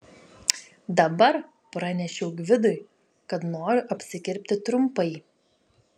dabar pranešiau gvidui kad noriu apsikirpti trumpai